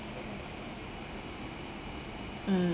mm